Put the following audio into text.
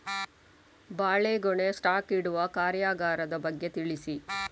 ಬಾಳೆಗೊನೆ ಸ್ಟಾಕ್ ಇಡುವ ಕಾರ್ಯಗಾರದ ಬಗ್ಗೆ ತಿಳಿಸಿ